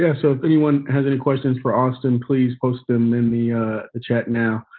yeah so so anyone has any questions for austin, please post them in the ah chat now.